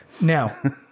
Now